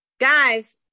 Guys